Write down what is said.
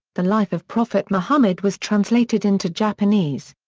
the life of prophet muhammad was translated into japanese.